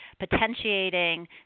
potentiating